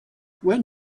when